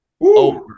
over